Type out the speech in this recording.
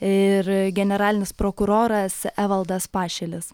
ir generalinis prokuroras evaldas pašilis